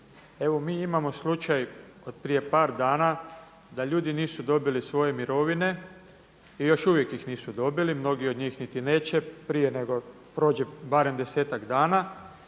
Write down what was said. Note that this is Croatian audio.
Evo mi imamo slučaj od prije par dana da ljudi nisu dobili svoje mirovine i još uvijek ih nisu dobiti, mnogi od njih niti neće prije nego prođe barem 10-ak dana.